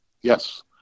Yes